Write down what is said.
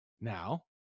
Now